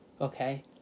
okay